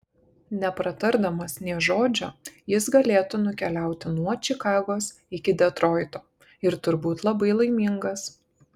nepratardamas nė žodžio jis galėtų nukeliauti nuo čikagos iki detroito ir turbūt labai laimingas